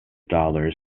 dollars